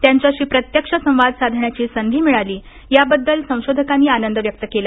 त्यांच्याशी प्रत्यक्ष संवाद साधण्याची संधी मिळाली याबद्दल संशोधकांनी आनंद व्यक्त केला